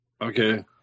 Okay